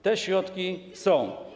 Te środki są.